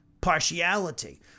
partiality